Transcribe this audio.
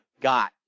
got